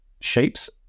shapes